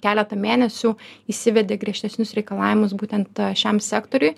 keletą mėnesių įsivedė griežtesnius reikalavimus būtent šiam sektoriui